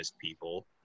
people